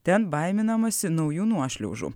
ten baiminamasi naujų nuošliaužų